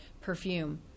perfume